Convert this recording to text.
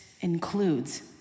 includes